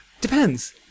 depends